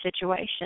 situation